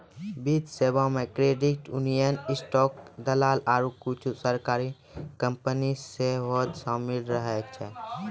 वित्तीय सेबा मे क्रेडिट यूनियन, स्टॉक दलाल आरु कुछु सरकारी कंपनी सेहो शामिल रहै छै